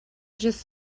just